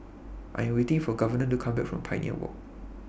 I Am waiting For Governor to Come Back from Pioneer Walk